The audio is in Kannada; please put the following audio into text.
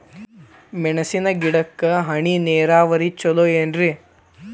ಮೆಣಸಿನ ಗಿಡಕ್ಕ ಹನಿ ನೇರಾವರಿ ಛಲೋ ಏನ್ರಿ?